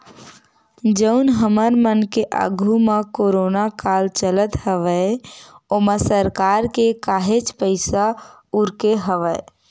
जउन हमर मन के आघू म कोरोना काल चलत हवय ओमा सरकार के काहेच पइसा उरके हवय